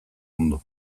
ondo